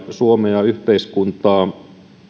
suomea ja yhteiskuntaa